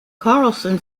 carlson